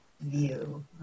view